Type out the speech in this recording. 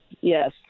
Yes